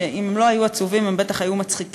שאם הם לא היו עצובים הם בטח היו מצחיקים.